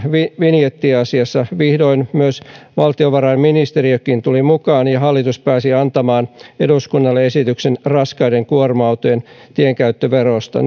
vinjettiasiassa vihdoin myös valtiovarainministeriö tuli mukaan ja hallitus pääsi antamaan eduskunnalle esityksen raskaiden kuorma autojen tienkäyttöverosta